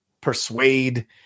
persuade